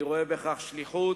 אני רואה בכך שליחות,